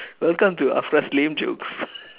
welcome to afra's lame jokes